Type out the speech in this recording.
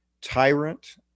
Tyrant